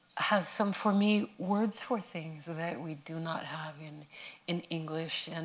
has some, for me, words for things that we do not have in in english. and